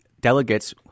delegates